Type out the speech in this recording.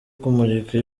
kumurika